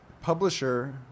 publisher